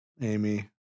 Amy